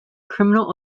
criminal